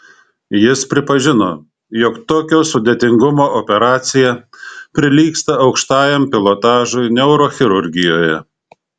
jis pripažino jog tokio sudėtingumo operacija prilygsta aukštajam pilotažui neurochirurgijoje